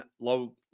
low